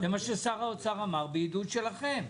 זה מה ששר האוצר אמר בעידוד שלכם.